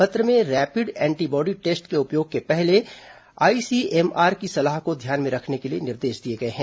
पत्र में rapid antibody test के उपयोग के पहले आईसीएमआर की सलाह को ध्यान में रखने के निर्देश दिए गए हैं